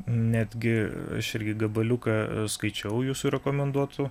netgi aš irgi gabaliuką skaičiau jūsų rekomenduotų